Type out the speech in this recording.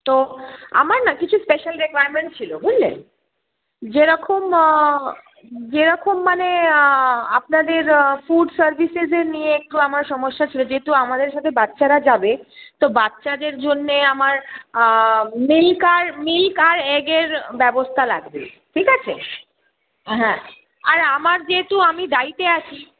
তো আমার না কিছু স্পেশাল রিকোয়ারমেন্ট ছিলো বুঝলেন যেরকম যেরকম মানে আপনাদের ফুড সার্ভিসেসের নিয়ে একটু আমার সমস্যা ছিলো যেহেতু আমাদের সাথে বাচ্চারা যাবে তো বাচ্চাদের জন্যে আমার মিল্ক আর মিল্ক আর এগের ব্যবস্থা লাগবে ঠিক আছে হ্যাঁ আর আমার যেহেতু আমি ডায়েটে আছি